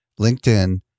LinkedIn